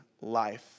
life